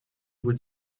would